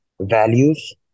values